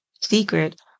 secret